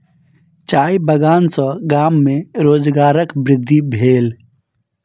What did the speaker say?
चाय बगान सॅ गाम में रोजगारक वृद्धि भेल